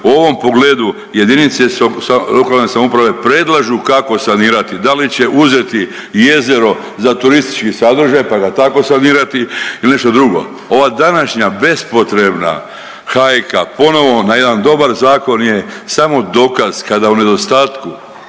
U ovom pogledu jedinice lokalne samouprave predlažu kako sanirati da li će uzeti jezero za turistički sadržaj, pa ga tako sanirati ili nešto drugo. Ova današnja bespotrebna hajka ponovo na jedan dobar zakon je samo dokaz kada u nedostatku